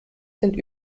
sind